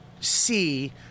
see